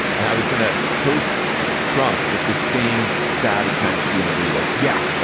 and i was gonna toast trump with the same sad attempt to be an elitist. yeah.